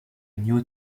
new